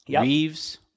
Reeves